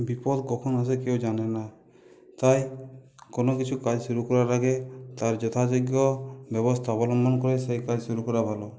বিপদ কখন আসে কেউ জানে না তাই কোনো কিছু কাজ শুরু করার আগে তার যথাযোগ্য ব্যবস্থা অবলম্বন করে সেই কাজ শুরু করা ভালো